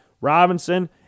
Robinson